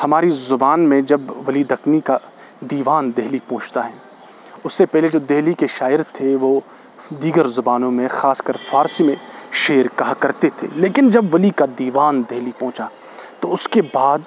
ہماری زبان میں جب ولی دکنی کا دیوان دہلی پہنچتا ہے اس سے پہلے جو دہلی کے شاعر تھے وہ دیگر زبانوں میں خاص کر فارسی میں شعر کہا کرتے تھے لیکن جب ولی کا دیوان دہلی پہنچا تو اس کے بعد